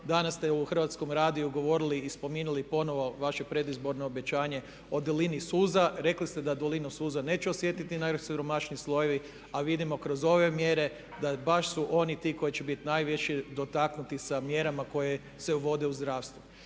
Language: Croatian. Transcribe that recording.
Danas ste na Hrvatskom radiju govorili i spominjali ponovno vaše predizborno obećanje o dolini suza. Rekli ste da dolinu suza neće osjetiti najsiromašniji slojevi, a vidimo kroz ove mjere da baš su oni ti koji će biti najviše dotaknuti sa mjerama koje se uvode u zdravstvu.